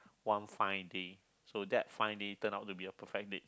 one fine day so that fine day turned out to be a perfect date